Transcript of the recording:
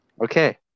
Okay